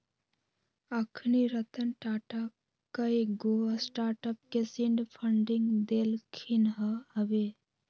अखनी रतन टाटा कयगो स्टार्टअप के सीड फंडिंग देलखिन्ह हबे